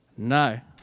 No